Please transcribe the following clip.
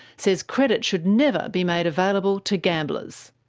says credit should never be made available to gamblers.